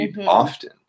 Often